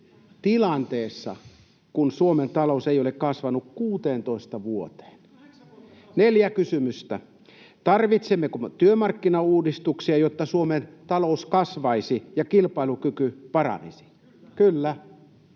tilanteessa, jossa Suomen talous ei ole kasvanut 16 vuoteen. [Jussi Saramon välihuuto] Neljä kysymystä: Tarvitsemmeko me työmarkkinauudistuksia, jotta Suomen talous kasvaisi ja kilpailukyky paranisi? [Jussi